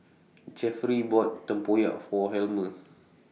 Jefferey bought Tempoyak For Helmer